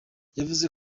yavuze